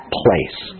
place